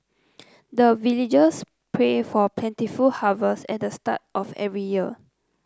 the villagers pray for plentiful harvest at the start of every year